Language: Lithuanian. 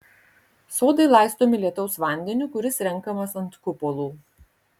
sodai laistomi lietaus vandeniu kuris renkamas ant kupolų